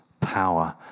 power